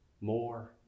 more